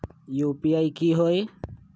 UPI की होई?